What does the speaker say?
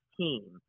team